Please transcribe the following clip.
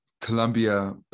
colombia